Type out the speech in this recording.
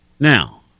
Now